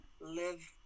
live